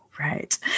Right